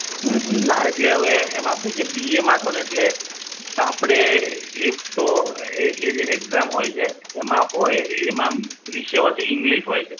હમ હમ ના એટલે હવે એમાં શું છે બી એમાં હતો ને એટલે આપણે એક તો એ એ જે એક્ઝામ હોય છે એમાં હોય એમાં વિષય હોય તો ઇંગ્લિશ હોય છે